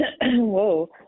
Whoa